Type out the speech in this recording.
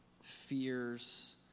fears